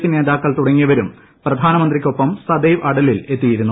P നേത്ാക്കൾ തുടങ്ങിയവരും പ്രധാനമന്ത്രിയ്ക്കൊപ്പം സദൈവ് അടലിൽ എത്തിയിരുന്നു